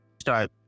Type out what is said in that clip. start